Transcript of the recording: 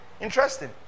interesting